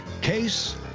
case